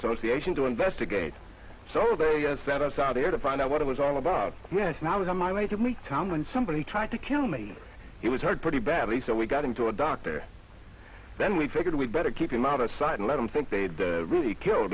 association to investigate so they sent us out here to find out what it was all about yes now i was on my way to meet tom when somebody tried to kill me he was hurt pretty badly so we got him to a doctor then we figured we'd better keep him out of sight and i don't think they'd really kill